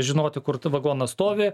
žinoti kur vagonas stovi